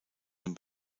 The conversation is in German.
den